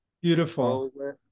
Beautiful